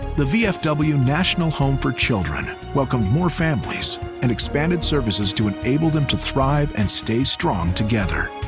the vfw national home for children welcomed more families and expanded services to enable them to thrive and stay strong together.